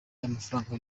y’amafaranga